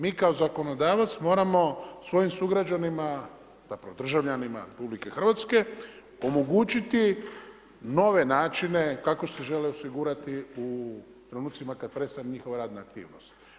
Mi kao zakonodavac moramo svojim sugrađanima, zapravo državljanima RH omogućiti nove načine kako se žele osigurati u trenucima kada prestaje njihova radna aktivnost.